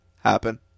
happen